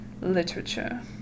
literature